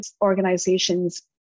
organizations